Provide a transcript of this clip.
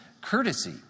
courtesy